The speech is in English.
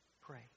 pray